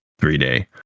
three-day